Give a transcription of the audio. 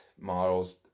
models